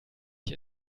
ich